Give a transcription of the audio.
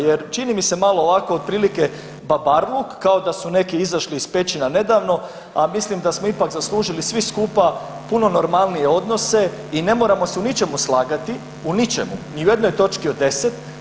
Jer čini mi se malo ovako otprilike babarluk kao da su neki izašli iz pećina nedavno, a mislim da smo ipak zaslužili svi skupa puno normalnije odnose i ne moramo se u ničemu slagati, u ničemu, ni u jednoj točki od 10.